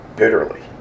bitterly